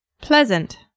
Pleasant